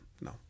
no